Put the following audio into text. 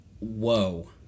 whoa